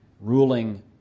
ruling